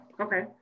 okay